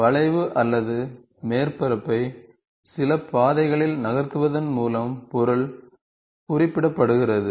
வளைவு அல்லது மேற்பரப்பை சில பாதைகளில் நகர்த்துவதன் மூலம் பொருள் குறிப்பிடப்படுகிறது